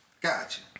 Gotcha